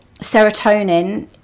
serotonin